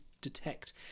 detect